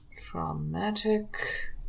Traumatic